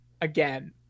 again